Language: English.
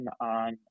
on